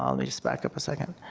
um me just back up a second.